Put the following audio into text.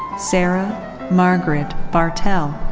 sarah margaret bartel.